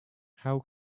how